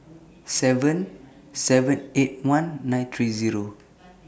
seven seven eight one nine three Zero